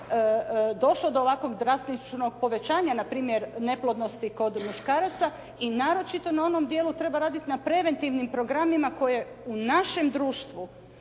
došlo do ovakvog drastičnog povećanja, na primjer neplodnosti kod muškaraca i naročito na onom dijelu treba raditi na preventivnim programima koje u našem društvu,